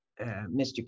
Mr